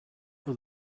will